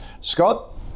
Scott